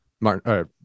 Martin